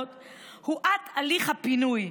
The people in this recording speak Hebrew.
הואט הליך הפינוי.